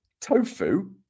Tofu